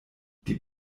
die